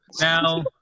Now